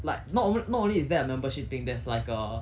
like not only not only is there a membership thing there's like a